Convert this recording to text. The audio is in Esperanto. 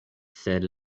sed